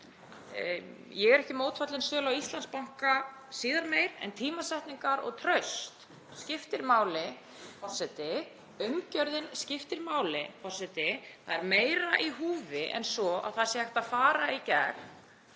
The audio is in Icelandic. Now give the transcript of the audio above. Ég er ekki mótfallinn sölu á Íslandsbanka síðar meir en tímasetningar og traust skiptir máli, forseti. Umgjörðin skiptir máli, forseti. Það er meira í húfi en svo að það sé hægt að fara í gegn